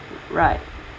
right